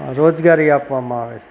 રોજગારી આપવામાં આવે છે